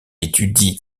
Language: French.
étudie